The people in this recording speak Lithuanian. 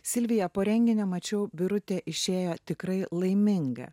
silvija po renginio mačiau birutė išėjo tikrai laiminga